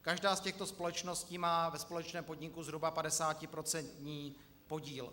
Každá z těchto společností má ve společném podniku zhruba 50procentní podíl.